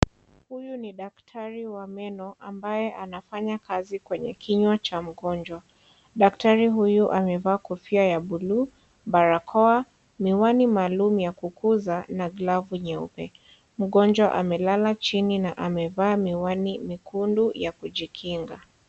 Huyu ni daktari wa meno ambaye anafanya kazi kwenye kinywa cha mgonjwa. Daktari huyu amevaa kofia ya buluu, barakoa, miwani maalum ya kukuza na glavu nyeupe. Mgonjwa amelala chini na amevaa miwani miekundu ya kujikinga.